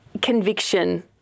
conviction